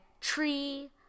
tree